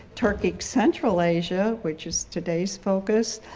turkic central asia which is today's focus,